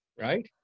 right